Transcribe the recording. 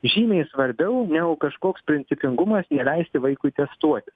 žymiai svarbiau negu kažkoks principingumas neleisti vaikui testuoti